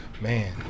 Man